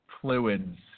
fluids